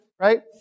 right